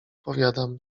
powiadam